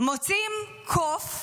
מוצאים קוף,